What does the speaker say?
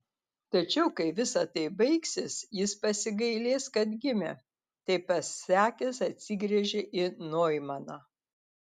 tačiau kai visa tai baigsis jis pasigailės kad gimė tai pasakęs atsigręžė į noimaną